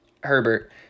Herbert